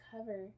cover